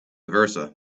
versa